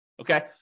okay